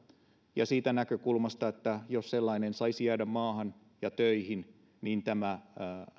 ja siitä näkökulmasta että jos sellainen saisi jäädä maahan ja töihin niin tämä